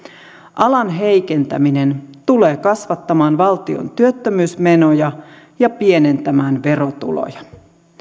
alan heikentäminen tulee kasvattamaan valtion työttömyysmenoja ja pienentämään verotuloja